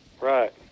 Right